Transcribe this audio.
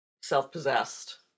self-possessed